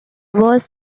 was